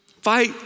fight